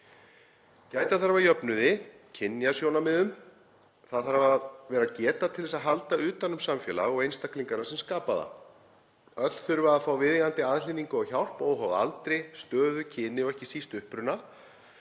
Gæta þarf að jöfnuði og kynjasjónarmiðum. Það þarf að vera geta til að halda utan um samfélag og einstaklingana sem skapa það. Öll þurfa að fá viðeigandi aðhlynningu og hjálp óháð aldri, stöðu, kyni og ekki síst uppruna